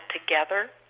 together